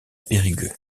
périgueux